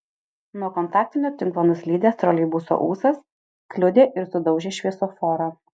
nuo kontaktinio tinklo nuslydęs troleibuso ūsas kliudė ir sudaužė šviesoforą